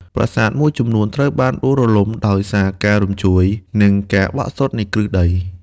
ប្រាសាទមួយចំនួនត្រូវបានដួលរលំដោយសារការរញ្ជួយ និងការបាក់ស្រុតនៃគ្រឹះដី។